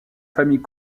famille